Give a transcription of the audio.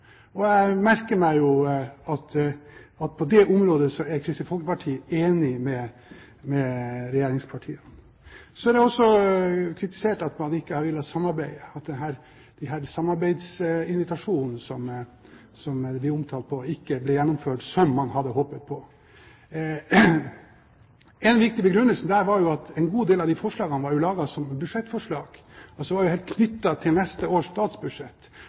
siktemål. Jeg merker meg jo at på det området er Kristelig Folkeparti enig med regjeringspartiene. Så er det også kritisert at man ikke har villet samarbeide, at disse samarbeidsinvitasjonene, som de blir omtalt som, ikke ble gjennomført som man hadde håpet på. En viktig begrunnelse for det var at en god del av forslagene var laget som budsjettforslag, så de var knyttet til neste års statsbudsjett